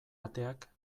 ateak